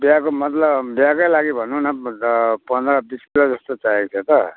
बिहाको मतलब बिहाकै लागि भनौँ न पन्ध्र बिस किलोजस्तो चाहिएको थियो त